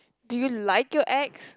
do you like your ex